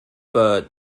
but